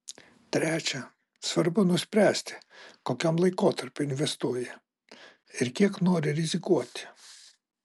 trečia svarbu nuspręsti kokiam laikotarpiui investuoji ir kiek nori rizikuoti